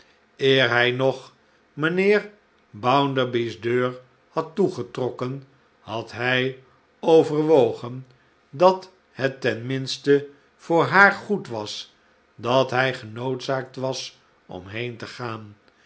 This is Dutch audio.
eer hi nogmijnheer bounderby's deur had toegetrokken had hij overwogen dat het ten minste voor haar goed was dat hij genoodzaakt was om heen te gaan